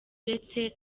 uretse